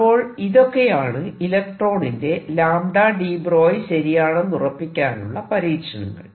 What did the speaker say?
അപ്പോൾ ഇതൊക്കെയാണ് ഇലക്ട്രോണിന്റെ deBroglie ശരിയാണെന്നുറപ്പിക്കാനുള്ള പരീക്ഷണങ്ങൾ